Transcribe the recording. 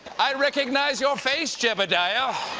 i recognize your face, jebidiah.